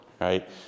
right